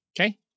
Okay